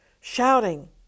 shouting